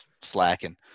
Slacking